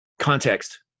context